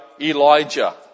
Elijah